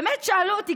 באמת שאלו אותי,